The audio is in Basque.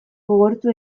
gogortu